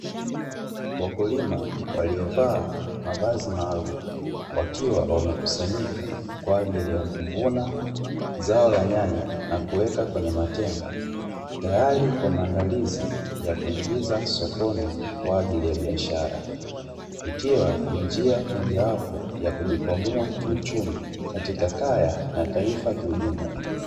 Wakulima waliyovaa mavazi maalumu, wakiwa wamekusanyika kwa ajili ya kuvuna zao la nyanya na kuweka kwenye matenga, tayari kwa maandalizi ya kuingiza sokoni kwa ajili ya biashara. Ikiwa ni njia mojawapo ya kujikwamua kiuchumi katika kaya na taifa kiujumla.